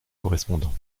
correspondants